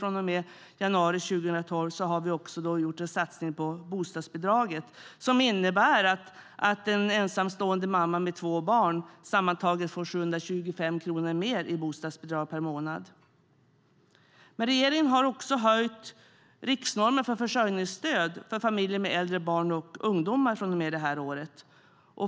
Från och med januari 2012 har vi också gjort en satsning på bostadsbidraget som innebär att en ensamstående mamma med två barn sammantaget får 725 kronor mer i bostadsbidrag per månad. Men regeringen har också höjt riksnormen för försörjningsstöd för familjer med äldre barn och ungdomar från och med det här året.